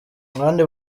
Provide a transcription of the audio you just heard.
abandi